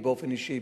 באופן אישי,